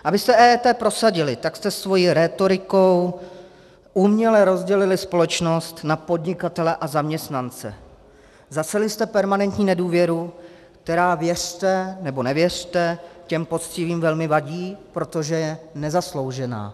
Vy jste EET prosadili a tak jste svou rétorikou uměle rozdělili společnost na podnikatele a zaměstnance, zaseli jste permanentní nedůvěru, která, věřte nebo nevěřte, těm poctivým velmi vadí, protože je nezasloužená.